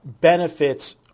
benefits